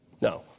no